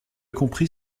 compris